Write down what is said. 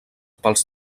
pels